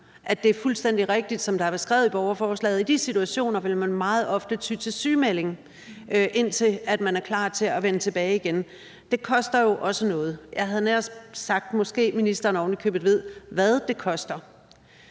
at det er fuldstændig rigtigt, som der er beskrevet i borgerforslaget, at man i de situationer meget ofte vil ty til sygemelding, indtil man er klar til at vende tilbage, og det koster jo også noget. Jeg havde nær sagt: Måske ministeren ovenikøbet ved, hvad det koster.